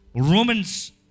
Romans